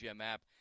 app